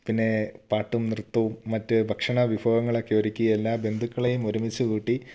പിന്നെ പാട്ടും നൃത്തവും മറ്റ് ഭക്ഷണ വിഭവങ്ങൾ ഒക്കെ ഒരുക്കിയ എല്ലാ ബന്ധുക്കളെയും ഒരുമിച്ചുകൂട്ടി